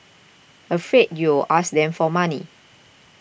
afraid you'll ask them for money